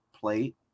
plate